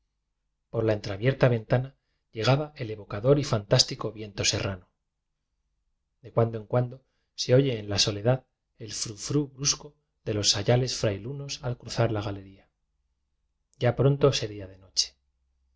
r la entreabierta ventana llegaba el evo cador y fantástico viento serrano de cuando en cuando se oye en la soledad el ufru brusco de los sayales frailunos al cruzar la galería ya pronto sería de noche